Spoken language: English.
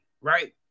right